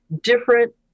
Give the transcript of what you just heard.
different